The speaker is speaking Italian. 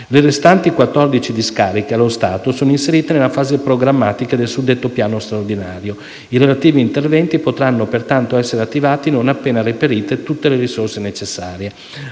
Le restanti 14 discariche, allo stato, sono inserite nella fase programmatica del suddetto Piano straordinario. I relativi interventi potranno, pertanto, essere attivati non appena reperite tutte le risorse necessarie.